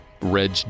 Reg